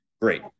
great